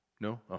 No